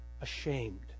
ashamed